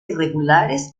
irregulares